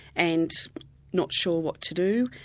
and not sure what to do.